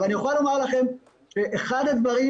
אבל אני יכול לומר לכם שאחד הדברים